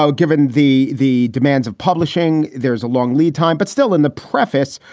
ah given the the demands of publishing. there's a long lead time. but still in the preface,